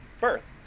birth